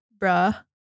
Bruh